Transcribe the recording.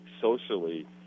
socially